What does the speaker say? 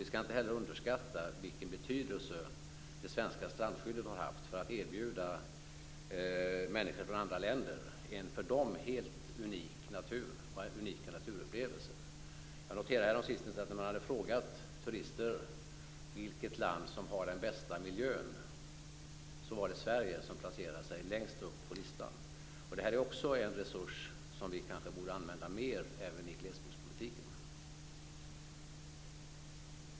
Vi skall inte heller underskatta den betydelse som det svenska strandskyddet har haft för att erbjuda människor från andra länder en för dem helt unik natur och unika naturupplevelser. Jag noterade häromsistens att när man hade frågat turister vilket land som har den bästa miljön var det Sverige som placerade sig längst upp på listan. Det är också en resurs som vi kanske borde använda mer även i glesbygdspolitiken.